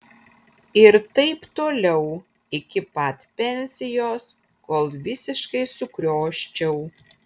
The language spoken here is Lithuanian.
ir taip toliau iki pat pensijos kol visiškai sukrioščiau